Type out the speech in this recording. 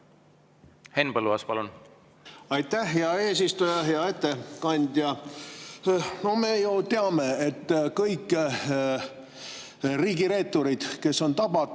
Henn Põlluaas, palun! Aitäh, hea eesistuja! Hea ettekandja! No me ju teame, et kõik riigireeturid, kes on tabatud